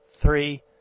three